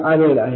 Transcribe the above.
RL आहे